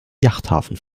yachthafen